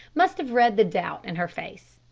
must have read the doubt in her face.